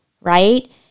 right